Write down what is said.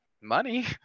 money